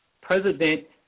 President